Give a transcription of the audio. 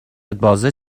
بازه